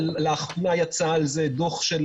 ולאחרונה יצא על זה דוח חשוב מאוד של